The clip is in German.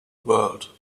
world